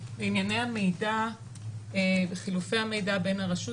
ענייני המידע וחילופי המידע בין הרשות